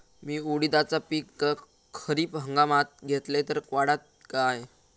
मी उडीदाचा पीक खरीप हंगामात घेतलय तर वाढात काय?